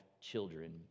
children